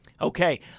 Okay